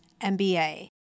MBA